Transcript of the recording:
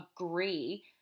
agree